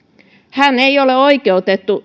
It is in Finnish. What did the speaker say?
hän ei ole oikeutettu